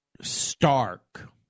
stark